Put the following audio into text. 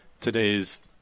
today's